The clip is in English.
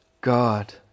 God